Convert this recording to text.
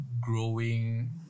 growing